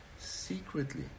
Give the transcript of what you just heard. secretly